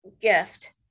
gift